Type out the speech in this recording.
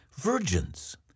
virgins